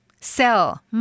sell